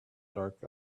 dark